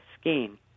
scheme